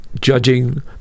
Judging